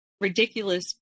ridiculous